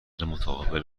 متقابل